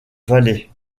valais